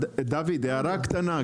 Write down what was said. דוד, הערה קטנה.